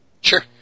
Sure